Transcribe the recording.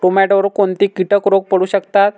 टोमॅटोवर कोणते किटक रोग पडू शकतात?